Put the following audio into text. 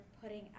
putting